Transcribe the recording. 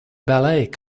ballet